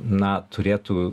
na turėtų